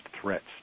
threats